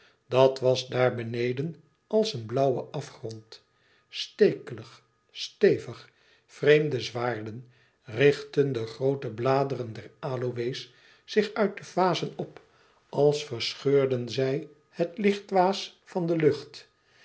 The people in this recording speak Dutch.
dat was daar beneden als een blauwe afgrond stekelig stevig vreemde zwaarden richtten de groote bladeren der aloës zich uit de vazen op als verscheurden zij het lichtwaas van de lucht